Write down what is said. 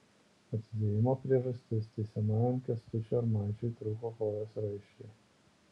atidėjimo priežastis teisiamajam kęstučiui armaičiui trūko kojos raiščiai